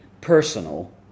personal